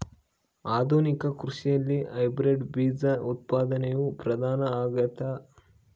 ಆಧುನಿಕ ಕೃಷಿಯಲ್ಲಿ ಹೈಬ್ರಿಡ್ ಬೇಜ ಉತ್ಪಾದನೆಯು ಪ್ರಧಾನ ಆಗ್ಯದ